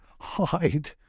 hide